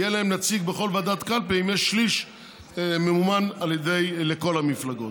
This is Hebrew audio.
יהיה להם נציג בכל ועדת קלפי אם שליש ממומן על ידי כל המפלגות.